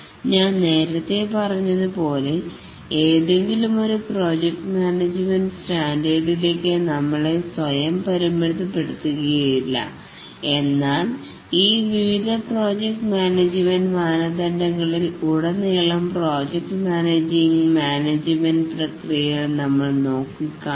ഞാൻ നേരത്തെ പറഞ്ഞതുപോലെ ഏതെങ്കിലും ഒരു പ്രോജക്ട് മാനേജ്മെൻറ് സ്റ്റാൻഡിലേക്ക് നമ്മളെ സ്വയം പരിമിതപ്പെടുത്തുകയില്ല എന്നാൽ ഈ വിവിധ പ്രോജക്ട് മാനേജ്മെൻറ് മാനദണ്ഡങ്ങളിൽ ഉടനീളം പ്രോജക്ട് മാനേജിങ് മാനേജ്മെൻറ് പ്രക്രിയകൾ നമ്മൾ നോക്കുന്നു